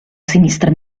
sinistra